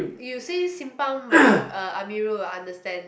you say Simpang-Bedok uh Amirul will understand